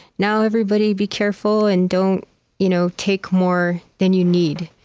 now, everybody be careful and don't you know take more than you need.